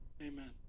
Amen